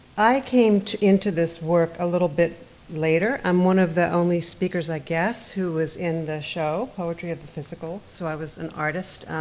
i came into this work a little bit later. i'm one of the only speakers, i guess, who was in the show, poetry of the physical, so i was an artist,